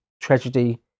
tragedy